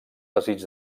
desig